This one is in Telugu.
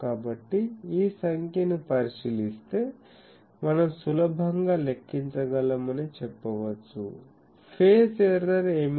కాబట్టి ఈ సంఖ్యను పరిశీలిస్తే మనం సులభంగా లెక్కించగలమని చెప్పవచ్చు ఫేజ్ ఎర్రర్ ఏమిటి